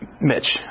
Mitch